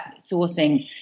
sourcing